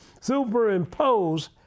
superimpose